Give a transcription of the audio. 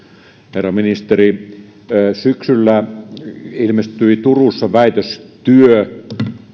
herra ministeri syksyllä ilmestyi turussa väitöstyö